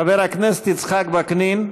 חבר הכנסת יצחק וקנין,